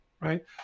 right